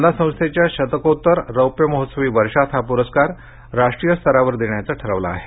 यंदा संस्थेच्या शतकोत्तर रौप्य महोत्सवी वर्षात हा पुरस्कार राष्ट्रीय स्तरावर देण्याचं ठरवलं आहे